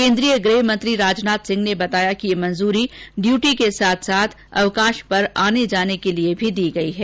कोन्द्रीय गृह मंत्री राजनाथ सिंह ने बताया कि ये मंजूरी ड्यूटी के साथ साथ अवकाश पर आने जाने के लिए भी दी गई है